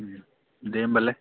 दे होनबालाय